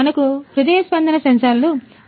మనకు హృదయ స్పందన సెన్సార్లు ఉన్నాయి